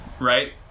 right